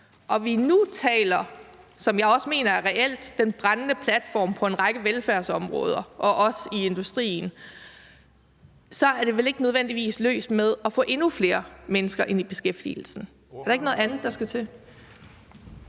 og vi nu taler, som jeg også mener er reelt, om den brændende platform på en række velfærdsområder og også i industrien, så er det vel ikke nødvendigvis løst med at få endnu flere mennesker i beskæftigelse. Er der ikke noget andet, der skal til?